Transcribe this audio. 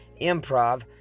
improv